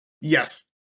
yes